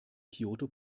kyoto